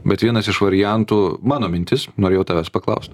bet vienas iš variantų mano mintis norėjau tavęs paklaust